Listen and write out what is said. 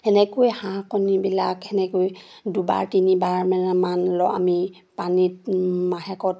এনেকৈ হাঁহ কণীবিলাক সেনেকৈ দুবাৰ তিনিবাৰ মানে মান লওঁ আমি পানীত মাহেকত